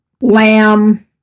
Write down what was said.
lamb